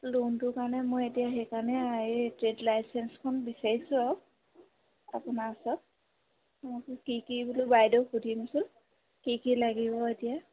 লোনটোৰ কাৰণে মই এতিয়া সেইকাৰণে এই ট্ৰেড লাইচেন্সখন বিচাৰিছোঁ আৰু আপোনাৰ ওচৰত কি কি বোলো বাইদেউক সুধিমছোন কি কি লাগিব এতিয়া